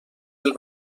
del